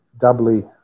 doubly